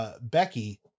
Becky